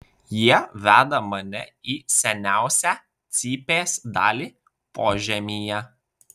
jie veda mane į seniausią cypės dalį požemyje